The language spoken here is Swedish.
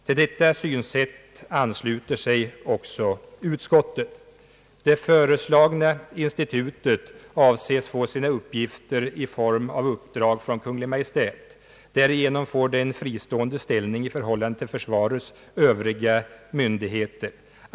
Till detta synsätt ansluter sig också utskottet. Det föreslagna institutet avses få sina uppgifter i form av uppdrag från Kungl. Maj:t. Därigenom får det en fristående ställning i förhållande till försvarets övriga myndigheter.